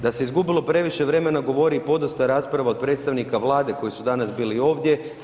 Da se izgubilo previše vremena govori i podosta rasprava od predstavnika Vlade koji su danas bili ovdje.